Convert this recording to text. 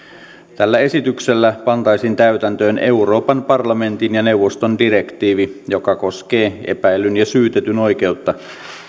tällä esityksellä pantaisiin täytäntöön euroopan parlamentin ja neuvoston direktiivi joka koskee epäillyn ja syytetyn oikeutta